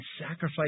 sacrifice